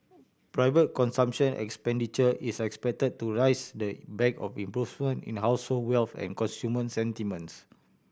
private consumption expenditure is expected to rise they in back of improvement in household wealth and consumer sentiments